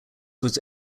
was